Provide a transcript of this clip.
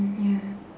mm ya